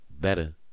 better